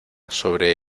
sobre